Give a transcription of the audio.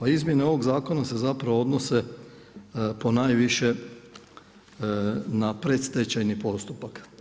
Izmjena ovog zakona se zapravo odnose ponajviše na predstečajni postupak.